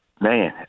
man